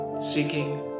seeking